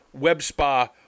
WebSpa